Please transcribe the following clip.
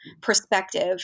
perspective